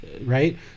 right